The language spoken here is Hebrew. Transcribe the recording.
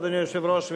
אדוני היושב-ראש,